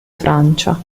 francia